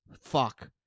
fuck